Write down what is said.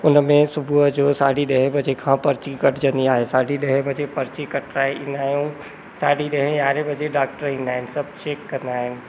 उन में सुबुह जो साढी ॾहें बजे खां पर्ची कटिजंदी आहे साढी ॾहें बजे पर्ची कटिराए ईंदा आहियूं साढी ॾहें यारहें बजे डॉक्टर ईंदा आहिनि सभु चैक कंदा आहिनि